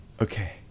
okay